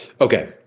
Okay